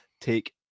take